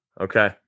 Okay